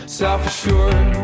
self-assured